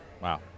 Wow